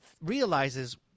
realizes